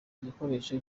igikoresho